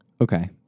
Okay